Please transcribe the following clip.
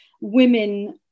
Women